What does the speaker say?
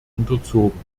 unterzogen